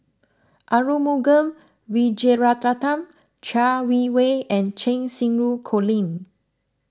Arumugam Vijiaratnam Chai Yee Wei and Cheng Xinru Colin